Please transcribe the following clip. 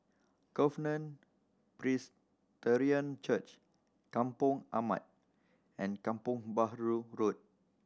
Covenant Presbyterian Church Kampong Ampat and Kampong Bahru Road